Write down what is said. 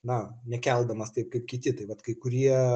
na nekeldamas taip kaip kiti tai vat kai kurie